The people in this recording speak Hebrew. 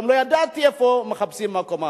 וגם לא ידעתי איפה מחפשים מקום עבודה.